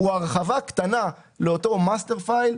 הוא הרחבה קטנה לאותו master file,